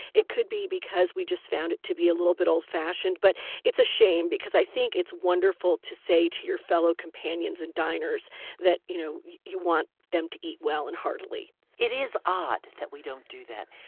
it could be because we just found it to be a little old-fashioned. but it's a shame, because i think it's wonderful to say to your fellow companions and diners that you know you want them to eat well and heartily it is odd that we don't do that.